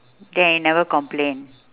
then you never complain